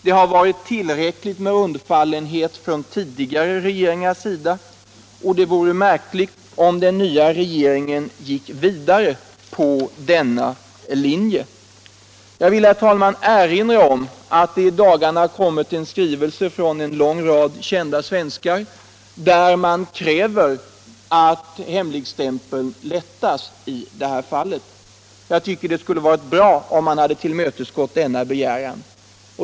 Det har varit tillräckligt med undfallenhet från tidigare regeringars sida, och det vore märkligt om den nya regeringen gick vidare på denna linje. Jag vill, herr talman, erinra om att det i dagarna kommit en skrivelse från en lång rad kända svenskar där man kräver att hemligstämpeln lättas i det här fallet. Jag tycker det skulle vara bra om man hade tillmötesgått denna begäran.